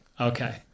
okay